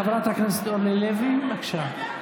חברת הכנסת אורלי לוי, בבקשה.